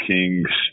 Kings